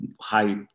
high